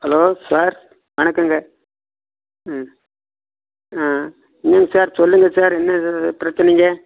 hello sir வணக்கங்க ம் ஆ இல்லிங்க சார் சொல்லுங்கள் சார் என்ன பிரச்சனைங்க